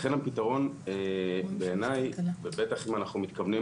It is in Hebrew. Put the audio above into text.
לכן הפתרון בעיני ובטח אם אנחנו מתכוונים